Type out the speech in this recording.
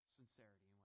sincerity